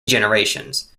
generations